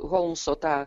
holmso tą